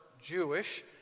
Jewish